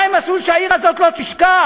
מה הם עשו שהעיר הזאת לא תשקע?